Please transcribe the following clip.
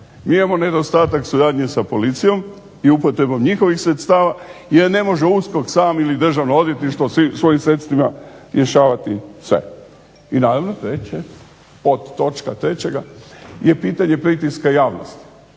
Mi imamo nedostatak suradnje sa policijom i upotrebom njihovih sredstava jer ne može USKOK sam ili Državno odvjetništvo svim svojim sredstvima rješavati sve. I naravno treće, podtočka trećega je pitanje pritiska javnosti.